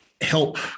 help